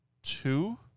two